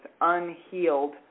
unhealed